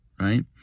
right